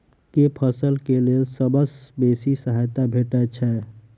केँ फसल केँ लेल सबसँ बेसी सहायता भेटय छै?